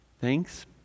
Thanks